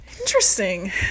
Interesting